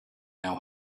now